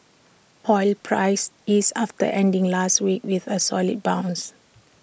oil prices eased after ending last week with A solid bounce